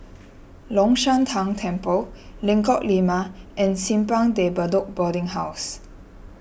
Long Shan Tang Temple Lengkok Lima and Simpang De Bedok Boarding House